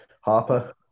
Harper